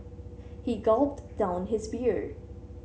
he gulped down his beer